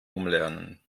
umlernen